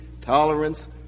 tolerance